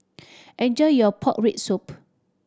enjoy your pork rib soup